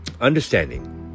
understanding